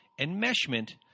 enmeshment